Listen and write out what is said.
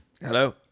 Hello